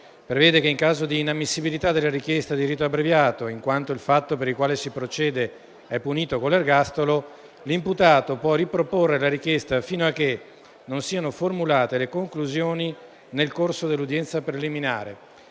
prevede che, in caso di inammissibilità della richiesta di rito abbreviato - in quanto il fatto per il quale si procede è punito con l'ergastolo - l'imputato possa riproporre la richiesta fino a che non siano formulate le conclusioni nel corso dell'udienza preliminare